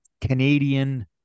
Canadian